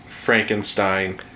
Frankenstein